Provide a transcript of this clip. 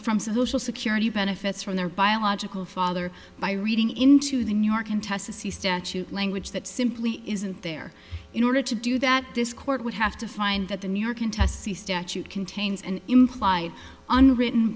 from solution security benefits from their biological father by reading into the new york contest to see statute language that simply isn't there in order to do that this court would have to find that the new york and the statute contains an implied unwritten